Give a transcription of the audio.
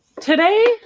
today